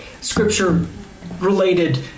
scripture-related